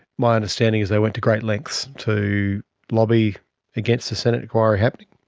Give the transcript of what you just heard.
my understanding is they went to great lengths to lobby against the senate inquiry happening.